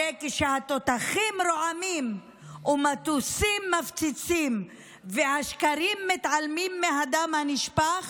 הרי כשהתותחים רועמים ומטוסים מפציצים והשקרים מתעלמים מהדם הנשפך,